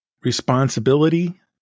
responsibility